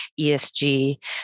ESG